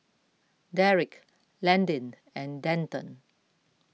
Derick Landin and Denton